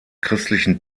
christlichen